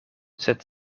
sed